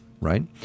right